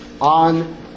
on